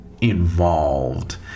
involved